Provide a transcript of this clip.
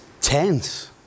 tense